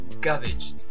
garbage